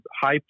high